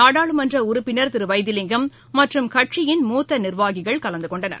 நாடாளுமன்ற உறுப்பினர் திரு வைத்திலிங்கம் மற்றும் கட்சியின் மூத்த நிர்வாகிகள் கலந்து கொண்டனர்